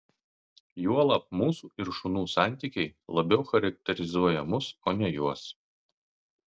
juolab mūsų ir šunų santykiai labiau charakterizuoja mus o ne juos